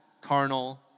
carnal